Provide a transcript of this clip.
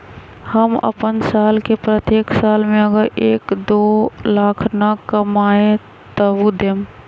हम अपन साल के प्रत्येक साल मे अगर एक, दो लाख न कमाये तवु देम?